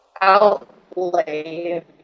outlay